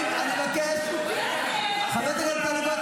מסכנה.